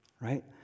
right